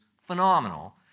phenomenal